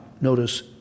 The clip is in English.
notice